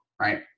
right